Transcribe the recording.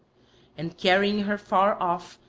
and, carrying her far off,